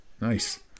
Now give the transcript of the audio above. Nice